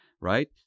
right